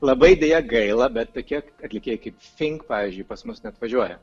labai deja gaila bet tokie atlikėjai kaip fink pavyzdžiui pas mus neatvažiuoja